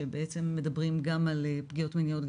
שבעצם מדברים גם על פגיעות מיניות,